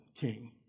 king